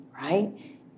Right